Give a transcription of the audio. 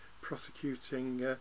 prosecuting